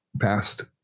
past